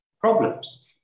problems